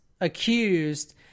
accused